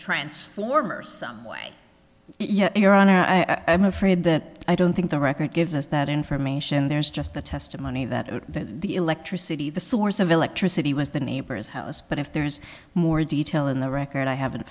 transformer someway your honor i'm afraid that i don't think the record gives us that information there's just the testimony that the electricity the source of electricity was the neighbor's house but if there's more detail in the record i haven't